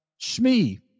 Shmi